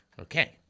Okay